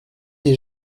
des